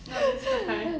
not really